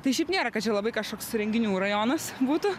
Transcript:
tai šiaip nėra kad čia labai kažkoks renginių rajonas būtų